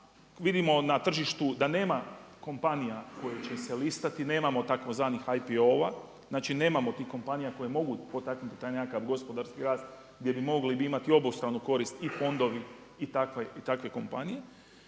vidimo na tržištu da nema kompanija koje će se listati, nemamo tzv. IPO-ova znači nemamo takvih kompanija koje mogu potaknuti taj nekakav gospodarski rast gdje bi mogli imati obostranu korist i fondovi i takve kompanije.